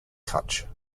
kutch